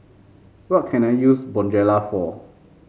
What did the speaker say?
what can I use Bonjela for